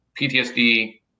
ptsd